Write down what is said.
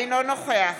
אינו נוכח